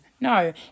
no